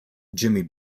jimmy